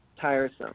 tiresome